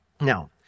Now